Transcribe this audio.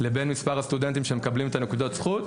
למספר הסטודנטים שמקבלים את הנקודות זכות.